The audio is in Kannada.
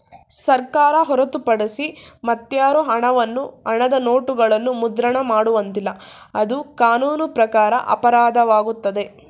ಸರ್ಕಾರ ಹೊರತುಪಡಿಸಿ ಮತ್ಯಾರು ಹಣವನ್ನು ಹಣದ ನೋಟುಗಳನ್ನು ಮುದ್ರಣ ಮಾಡುವಂತಿಲ್ಲ, ಅದು ಕಾನೂನು ಪ್ರಕಾರ ಅಪರಾಧವಾಗುತ್ತದೆ